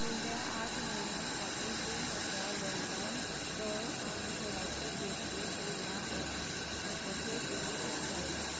फुडल्या आठ म्हयन्यां खातीर तूं म्हज्या लँडलायन क आनी घराचीं देखरेक बिला ऑटोपे करूंक शकता